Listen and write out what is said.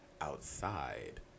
outside